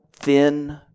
thin